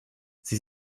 sie